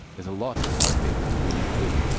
there's a lot of people who you could,